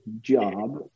job